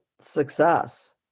success